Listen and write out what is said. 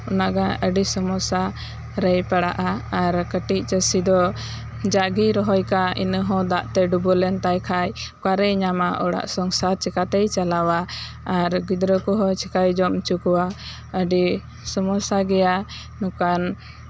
ᱚᱱᱟᱜᱮ ᱟᱹᱰᱤ ᱥᱚᱢᱚᱥᱥᱟᱨᱮ ᱯᱟᱲᱟᱜ ᱟᱭ ᱟᱨ ᱠᱟᱹᱴᱤᱡ ᱪᱟᱹᱥᱤ ᱫᱚ ᱡᱟᱜᱮ ᱨᱚᱦᱚᱭ ᱠᱟᱜ ᱤᱱᱟᱹ ᱦᱚᱸ ᱫᱟᱜᱛᱮ ᱰᱩᱵᱟᱹ ᱞᱮᱱᱛᱟᱭ ᱠᱷᱟᱱ ᱚᱠᱟᱨᱮ ᱧᱟᱢᱟ ᱚᱲᱟᱜ ᱥᱚᱝᱥᱟᱨ ᱪᱤᱠᱹᱟᱛᱮ ᱪᱟᱞᱟᱣᱟ ᱟᱨ ᱜᱤᱫᱽᱨᱟᱹ ᱠᱚᱸᱦᱚ ᱪᱤᱠᱟᱭ ᱡᱚᱢ ᱦᱚᱪᱚ ᱠᱚᱣᱟ ᱫᱤᱭᱮ ᱟᱹᱰᱤ ᱥᱚᱢᱚᱥᱥᱟ ᱜᱮᱭᱟ ᱱᱚᱝᱠᱟᱱ